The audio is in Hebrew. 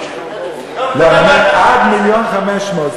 עד מיליון ו-500,000.